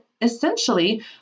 essentially